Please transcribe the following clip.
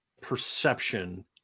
perception